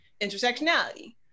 intersectionality